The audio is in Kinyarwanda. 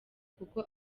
kuko